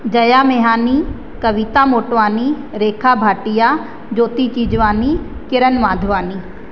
Jaya Mehani Kavita Motwani Rekha Bhatia Jyoti Tijwani Kiran Madhvani